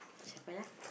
shuffle lah